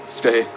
stay